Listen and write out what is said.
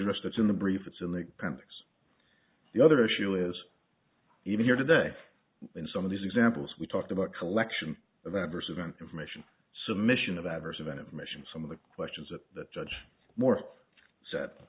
context the other issue is even here today in some of these examples we talked about collection of adverse event information submission of adverse event information some of the questions that the judge moore s